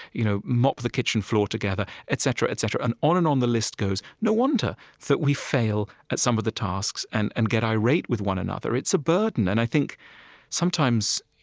you know mop the kitchen floor together, etc, etc. and on and on the list goes. no wonder that we fail at some of the tasks and and get irate with one another. it's a burden. and i think sometimes,